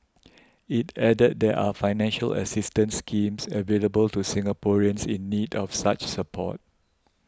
it added there are financial assistance schemes available to Singaporeans in need of such support